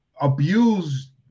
abuse